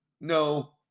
No